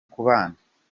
kubana